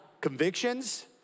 convictions